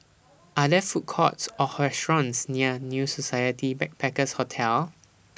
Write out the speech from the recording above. Are There Food Courts Or restaurants near New Society Backpackers' Hotel